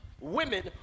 Women